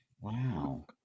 Wow